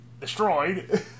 destroyed